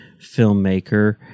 filmmaker